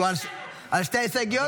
על שתי ההסתייגויות?